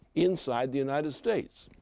inside the united states!